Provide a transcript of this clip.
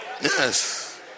Yes